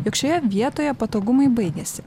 jog šioje vietoje patogumai baigėsi